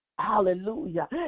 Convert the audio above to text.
Hallelujah